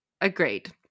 Agreed